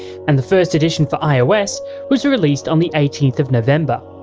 and the first edition for ios was released on the eighteenth of november.